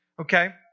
okay